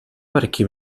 parecchi